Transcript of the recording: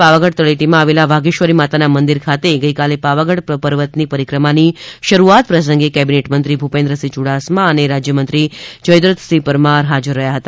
પાવાગઢ તળેટીમાં આવેલા વાઘેશ્વરી માતાના મંદિર ખાતેથી ગઈકાલે પાવાગઢ પર્વત ની પરિક્રમાની શરૂઆત પ્રસંગે કેબીનેટ મંત્રી ભુપેન્દ્રસિંહ યુડાસમા અને રાજ્ય મંત્રી જયદ્રથસિંહ પરમાર હાજર હતા